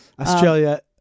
Australia